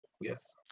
Yes